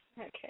Okay